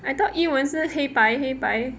I thought 伊蚊是黑白黑白